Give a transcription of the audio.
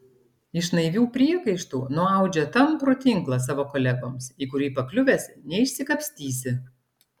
iš naivių priekaištų nuaudžia tamprų tinklą savo kolegoms į kurį pakliuvęs neišsikapstysi